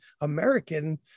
American